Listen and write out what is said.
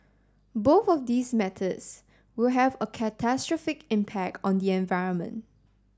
both of these methods will have a catastrophic impact on the environment